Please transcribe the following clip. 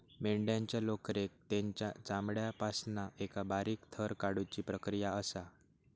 मेंढ्यांच्या लोकरेक तेंच्या चामड्यापासना एका बारीक थर काढुची प्रक्रिया असा